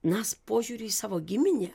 nas požiūriu į savo giminę